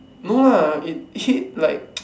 no lah it hit like